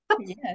Yes